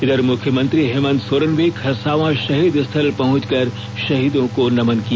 इधर मुख्यमंत्री हेमंत सोरेन भी खरसावां शहीद स्थल पहुंच कर शहीदों को नमन किया